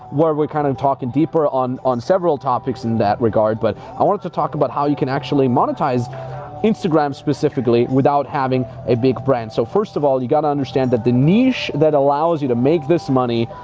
where we kind of talking deeper on on several topics in that regard, but i wanted to talk about how you can actually monetize instagram specifically, without having a big brand. so first of all, you gotta understand that the niche that allows you to make this money